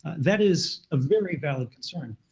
that is a very valid concern.